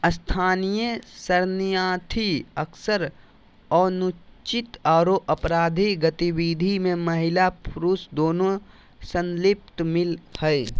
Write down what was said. स्थानीय शरणार्थी अक्सर अनुचित आरो अपराधिक गतिविधि में महिला पुरुष दोनों संलिप्त मिल हई